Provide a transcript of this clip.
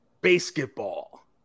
basketball